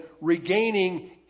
regaining